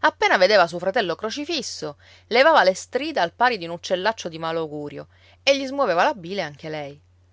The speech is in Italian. appena vedeva suo fratello crocifisso levava le strida al pari di un uccellaccio di malaugurio e gli smuoveva la bile anche lei